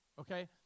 okay